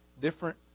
different